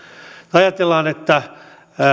ajatellaan että